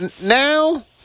now